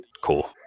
Cool